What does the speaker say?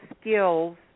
skills